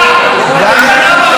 אדוני השר,